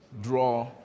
Draw